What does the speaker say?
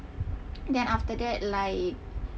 then after that like